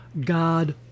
God